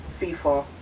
fifa